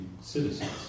citizens